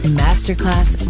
masterclass